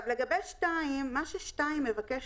(ג)(2) מבטיח